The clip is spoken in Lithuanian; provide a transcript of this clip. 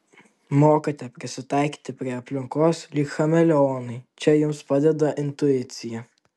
mokate prisitaikyti prie aplinkos lyg chameleonai čia jums padeda intuicija